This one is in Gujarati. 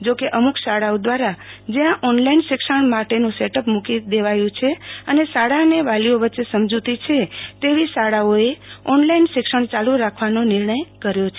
જોકે અમુક શાળાઓ દ્વારા જ્યાં ઓનલાઇન શિક્ષણ માટે નું સેટઅપ મૂકી દેવાયું છે અને શાળા અને વાલીઓ વચ્ચે સમજૂતી છે તેવી શાળાઓ એ ઓનલાઇન શિક્ષણ ચાલુ રાખવાનો નિર્ણય કર્યો છે